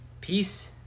peace